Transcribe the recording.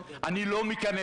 אתה לא תוכל למנות